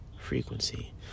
frequency